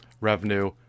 revenue